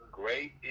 great